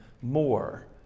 more